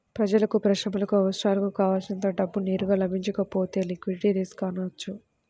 ప్రజలకు, పరిశ్రమలకు అవసరాలకు కావల్సినంత డబ్బు నేరుగా లభించకపోతే లిక్విడిటీ రిస్క్ అనవచ్చు